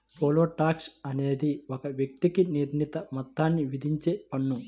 pole tax అనేది ఒక వ్యక్తికి నిర్ణీత మొత్తాన్ని విధించే పన్ను